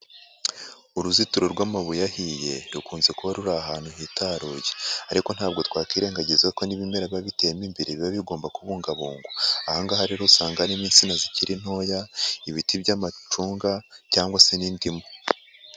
Uruzitiro rw'amabuye ahiye rukunze kuba ruri ahantu hitaruye ariko ntabwo twakirengagiza ko n'ibimera biba biteye mo imbere biba bigomba kubungabungwa, aha ngaha rero usanga harimo insina zikiri ntoya, ibiti by'amacunga cyangwa se n'indimu.